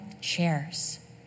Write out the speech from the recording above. chairs